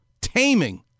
taming